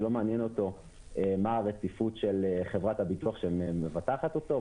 זה לא מעניין אותו מה הרציפות של חברת הביטוח שמבטחת אותו.